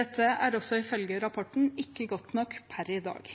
Dette er ifølge rapporten ikke godt nok per i dag.